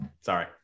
Sorry